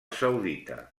saudita